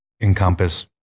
encompass